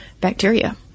bacteria